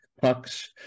pucks